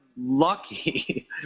lucky